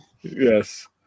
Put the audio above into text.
Yes